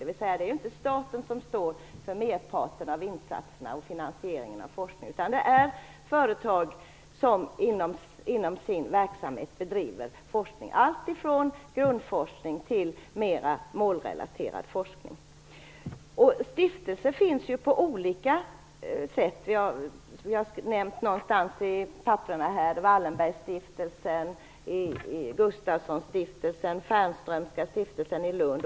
Det är alltså inte staten som står för merparten av insatserna och för finansieringen av forskningen, utan det är företag som inom sin verksamhet bedriver forskning. Det gäller alltifrån grundforskning till mera målrelaterad forskning. Stiftelser finns på olika sätt. I våra papper nämns Wallenbergstiftelsen, Gustafssonstiftelsen och Fernströmska stiftelsen i Lund.